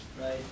right